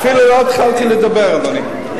אני אפילו לא התחלתי לדבר, אדוני.